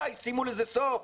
די, שימו לזה סוף,